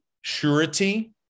surety